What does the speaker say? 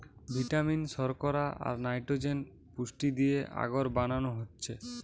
vitamin, শর্করা, আর nitrogen পুষ্টি দিয়ে আগর বানানো হচ্ছে